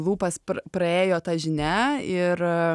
lūpas praėjo ta žinia ir